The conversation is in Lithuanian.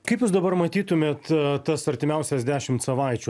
kaip jūs dabar matytumėt tas artimiausias dešimt savaičių